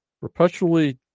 perpetually